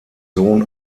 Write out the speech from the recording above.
sohn